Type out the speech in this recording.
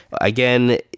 Again